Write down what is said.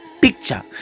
picture